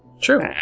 True